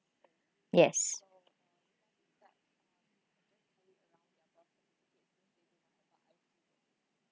yes